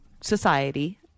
society